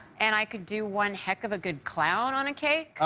and i could do one heck of a good clown on a cake.